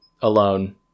alone